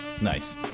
nice